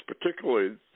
particularly